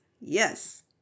yes